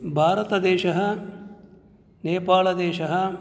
भारतदेशः नेपालदेशः